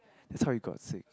that's how you got sick